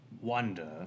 wonder